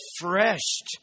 refreshed